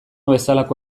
bezalako